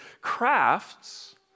crafts